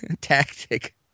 tactic